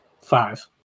five